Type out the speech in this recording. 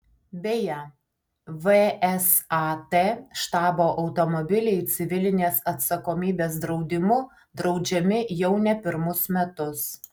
beje vsat štabo automobiliai civilinės atsakomybės draudimu draudžiami jau ne pirmus metus